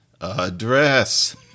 address